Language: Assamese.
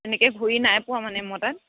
এনেকৈ ঘূৰি নাই পোৱা মানে মই তাত